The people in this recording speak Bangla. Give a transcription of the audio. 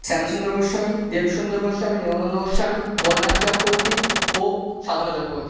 শ্যামসুন্দর গোস্বামী দেবসুন্দর গোস্বামী নেওয়ানন্দ গোস্বামী বর্ণালী চক্রবর্তী ও সাধনা চক্রবর্তী